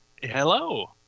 Hello